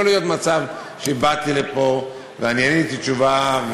להיות במצב שבאתי לפה ועניתי תשובה,